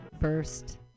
First